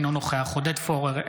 אינו נוכח עודד פורר,